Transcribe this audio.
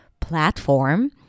platform